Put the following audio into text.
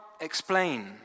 explain